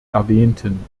erwähnten